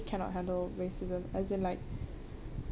cannot handle racism as in like